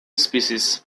species